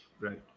Right